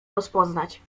rozpoznać